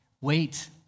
Wait